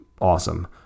awesome